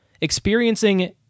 experiencing